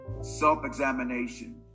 self-examination